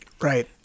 Right